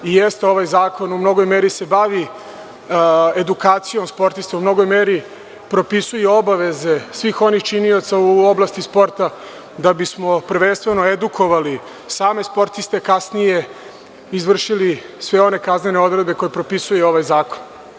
Ovaj zakon se u mnogoj meri bavi edukacijom sportista, u mnogoj meri propisuje obaveze svih onih činioca u oblasti sporta, da bismo prvenstveno edukovali same sportiste, kasnije izvršili sve one kaznene odredbe koje propisuje ovaj zakon.